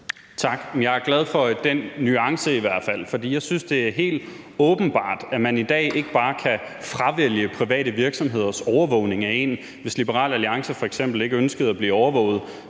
Tak. Jeg er glad for den nuance i hvert fald, for jeg synes, det er helt åbenbart, at man i dag ikke bare kan fravælge private virksomheders overvågning af en. Hvis Liberal Alliance f.eks. ikke ønskede at blive overvåget,